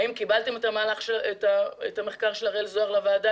האם קיבלתם את המחקר של אראל זוהר לוועדה?